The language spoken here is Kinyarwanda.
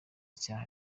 icyaha